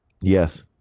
Yes